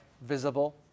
Visible